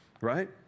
right